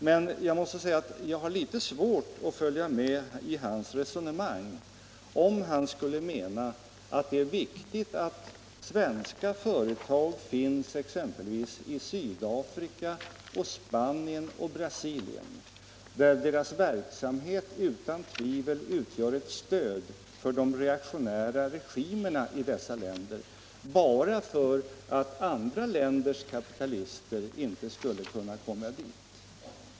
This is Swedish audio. Men jag har svårt att följa med i hans resonemang, om han skulle mena att det är viktigt att svenska företag finns exempelvis i Sydafrika och Spanien och Brasilien, där deras verksamhet utan tvivel utgör ett stöd för de reaktionära regimerna i dessa länder, bara för att andra länders kapitalister inte skall kunna komma dit.